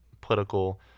political